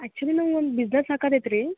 actually ನಂಗೆ ಒಂದು business ಹಾಕೋದು ಐತ್ರಿ